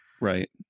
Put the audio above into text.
right